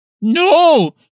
No